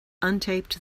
untaped